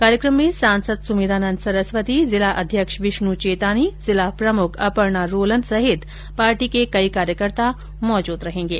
कार्यक्रम में सांसद सुमेधानंद सरस्वती जिला अध्यक्ष विष्णु चेतानी जिला प्रमुख अपर्णा रोलन सहित पार्टी के कई कार्यकर्ता मौजूद रहेंगे